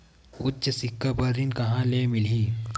उच्च सिक्छा बर ऋण कहां ले मिलही?